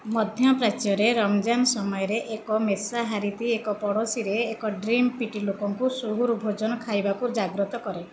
ମଧ୍ୟପ୍ରାଚ୍ୟରେ ରମଜାନ ସମୟରେ ଏକ ମେସାହାରତି ଏକ ପଡ଼ୋଶୀ ରେ ଏକ ଡ୍ରମ୍ ପିଟି ଲୋକଙ୍କୁ ସୁହୁର ଭୋଜନ ଖାଇବାକୁ ଜାଗ୍ରତ କରେ